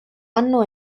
anno